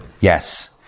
Yes